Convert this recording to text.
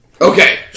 Okay